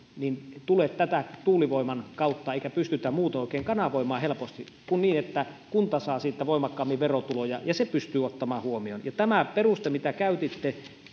tule tätä allokointia tuulivoiman kautta eikä sitä oikein pystytä kanavoimaan helposti muutoin kuin niin että kunta saa siitä voimakkaammin verotuloja ja pystyy ottamaan tämän huomioon ja tämä peruste mitä käytitte